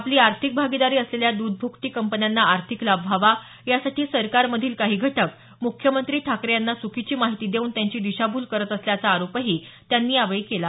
आपली आर्थिक भागीदारी असलेल्या दूध भूकटी कंपन्यांना आर्थिक लाभ व्हावा यासाठी सरकार मधील काही घटक मुख्यमंत्री ठाकरे यांना चुकीची माहिती देऊन त्यांची दिशाभूल करत असल्याचा आरोपही त्यांनी यावेळी केला